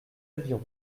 avirons